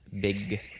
big